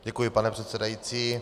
Děkuji, pane předsedající.